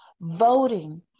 voting